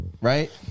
right